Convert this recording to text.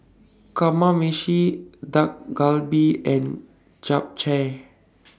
Kamameshi Dak Galbi and Japchae